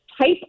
type